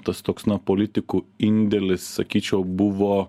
tas toks na politikų indėlis sakyčiau buvo